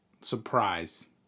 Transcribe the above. surprise